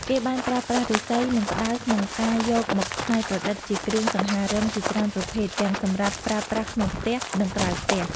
គេបានប្រើប្រាស់ឫស្សី និងផ្តៅក្នុងការយកមកច្នៃប្រឌិតជាគ្រឿងសង្ហារឹមជាច្រើនប្រភេទ ទាំងសម្រាប់ប្រើប្រាស់ក្នុងផ្ទះ និងក្រៅផ្ទះ។